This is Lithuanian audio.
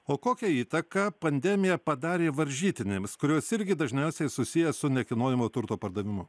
o kokią įtaką pandemija padarė varžytinėms kurios irgi dažniausiai susiję su nekilnojamojo turto pardavimu